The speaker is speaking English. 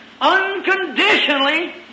unconditionally